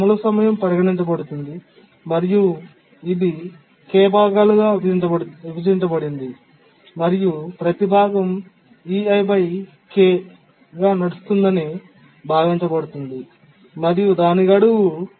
దాని అమలు సమయం పరిగణించబడుతుంది మరియు ఇది k భాగాలుగా విభజించబడింది మరియు ప్రతి భాగం నడుస్తుందని భావించబడుతుంది మరియు దాని గడువు